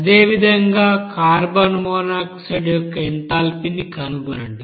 అదేవిధంగా carbon monoxide యొక్క ఎంథాల్పీని కనుగొనండి